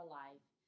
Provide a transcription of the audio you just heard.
life